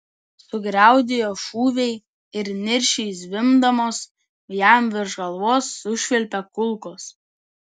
sugriaudėjo šūviai ir niršiai zvimbdamos jam virš galvos sušvilpė kulkos